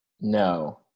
No